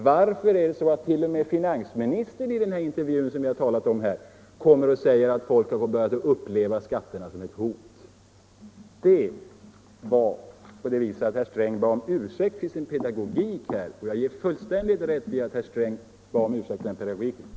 Varför kommer t.o.m. finansministern i den intervju jag talat om här och säger att folk börjat uppleva skatterna som ett hot? Herr Sträng bad om ursäkt för sin pedagogik och det var fullständigt riktigt av honom att be om ursäkt för den pedagogiken.